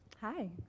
Hi